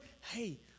Hey